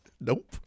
Nope